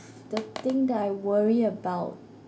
the thing that I worry about